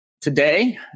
today